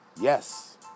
Yes